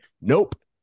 Nope